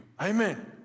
Amen